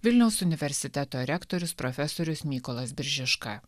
vilniaus universiteto rektorius profesorius mykolas biržiška